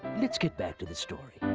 let's get back to the story.